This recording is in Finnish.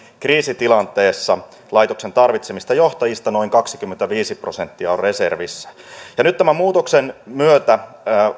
kriisitilanteessa laitoksen tarvitsemista johtajista noin kaksikymmentäviisi prosenttia on reservissä nyt tämän muutoksen myötä